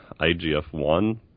IGF-1